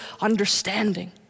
understanding